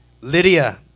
Lydia